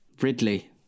Ridley